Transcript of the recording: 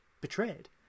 betrayed